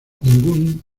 ningún